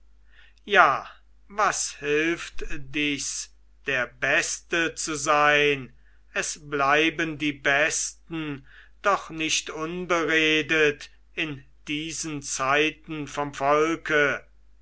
ja was hilft dichs der beste zu sein es bleiben die besten doch nicht unberedet in diesen zeiten vom volke